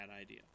idea